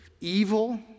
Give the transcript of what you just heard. evil